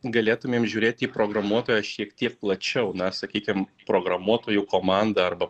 galėtumėm žiūrėt į programuotoją šiek tiek plačiau na sakykim programuotojų komandą arba